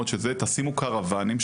תשימו קרוואנים,